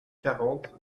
quarante